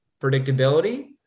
predictability